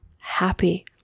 happy